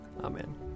Amen